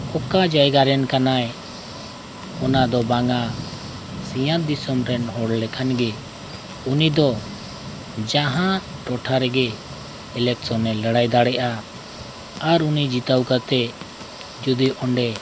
ᱚᱠᱟ ᱡᱟᱭᱜᱟ ᱨᱮᱱ ᱠᱟᱱᱟᱭ ᱚᱱᱟ ᱫᱚ ᱵᱟᱝᱟ ᱥᱤᱧ ᱚᱛ ᱫᱤᱥᱚᱢ ᱨᱮᱱ ᱦᱚᱲ ᱞᱮᱠᱷᱟᱱ ᱜᱮ ᱩᱱᱤᱫᱚ ᱡᱟᱦᱟᱸ ᱴᱚᱴᱷᱟ ᱨᱮᱜᱮ ᱞᱟᱹᱲᱦᱟᱹᱭ ᱫᱟᱲᱮᱭᱟᱜᱼᱟ ᱟᱨ ᱩᱱᱤ ᱡᱤᱛᱟᱹᱣ ᱠᱟᱛᱮᱫ ᱡᱩᱫᱤ ᱚᱸᱰᱮ